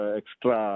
extra